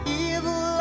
evil